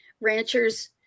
ranchers